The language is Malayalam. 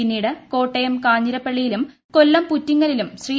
പിന്നീട് കോട്ടയം കാഞ്ഞിരപ്പള്ളിയിലൂർ കൊല്ലം പുറ്റിങ്ങലിലും ശ്രീ